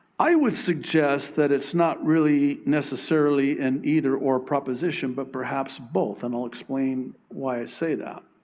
i would suggest that it's not really necessarily an either or proposition, but perhaps both. and i'll explain why i say that.